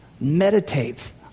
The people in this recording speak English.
Meditates